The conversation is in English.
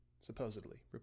supposedly